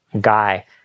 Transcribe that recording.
guy